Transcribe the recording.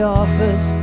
office